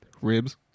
Ribs